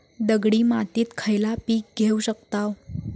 दगडी मातीत खयला पीक घेव शकताव?